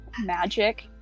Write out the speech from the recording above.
magic